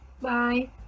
Bye